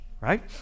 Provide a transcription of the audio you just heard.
right